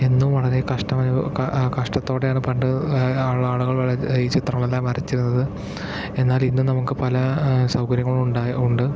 എന്നും വളരെ കഷ്ടം അനുഭവി കഷ്ടത്തോടെയാണ് പണ്ട് ആളാണ് ഈ ചിത്രങ്ങളെല്ലാം വരച്ചിരുന്നത് എന്നാൽ ഇന്ന് നമുക്ക് പല സൗകര്യങ്ങളും ഉണ്ടായി ഉണ്ട്